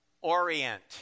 Orient